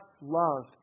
love